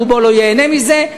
רובו לא ייהנה מזה,